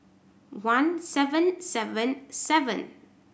one seven seven seven